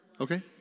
Okay